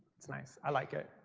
it's nice, i like it.